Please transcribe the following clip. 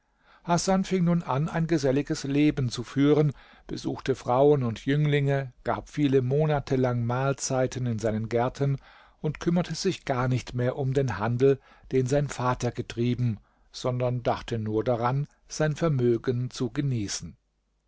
hasan fing nun an ein geselliges leben zu führen besuchte frauen und jünglinge gab viele monate lang mahlzeiten in seinen gärten und kümmerte sich gar nicht mehr um den handel den sein vater getrieben sondern dachte nur daran sein vermögen zu genießen